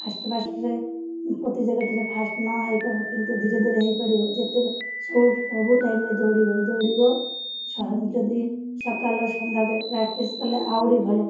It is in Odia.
ଫାଷ୍ଟ ଫାଷ୍ଟରେ ପ୍ରତିଯୋଗିତାରେ ଫାଷ୍ଟ ନ ହେଇପାର କିନ୍ତୁ ଧୀରେ ଧୀରେ ହେଇପାରିବ ଯେତେ ସବୁ ସବୁ ଟାଇମ୍ରେ ଦୌଡ଼ିବ ଦୌଡ଼ିବ ଯଦି ସକାଳ ସନ୍ଧ୍ୟାରେ ପ୍ରାକ୍ଟିସ୍ କଲେ ଆହୁରି ଭଲ